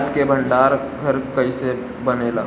प्याज के भंडार घर कईसे बनेला?